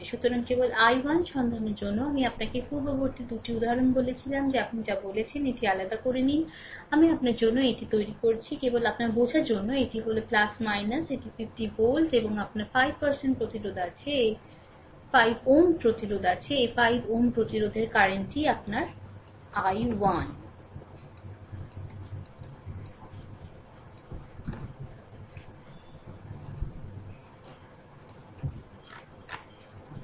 সুতরাং কেবল i1 সন্ধানের জন্য আমি আপনাকে পূর্ববর্তী 2 টি উদাহরণ বলেছিলাম যে আপনি যা বলছেন এটি আলাদা করে নিন আমি আপনার জন্য এটি তৈরি করছি কেবল আপনার বোঝার জন্য এটি হল এটি 50 ভোল্ট এবং আপনার 5 Ω প্রতিরোধ আছে এই 5 Ω প্রতিরোধের কারেন্ট টি আপনার i 1